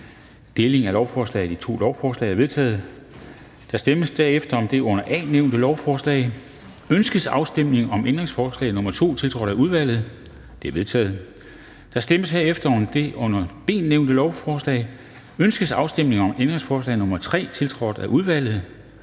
Delingen af lovforslaget i to lovforslag er vedtaget. Der stemmes derefter om det under A nævnte lovforslag: Ønskes afstemning om ændringsforslag nr. 2, tiltrådt af udvalget? Det er vedtaget. Der stemmes herefter om det under B nævnte lovforslag: Ønskes afstemning om ændringsforslag nr. 3, tiltrådt af udvalget?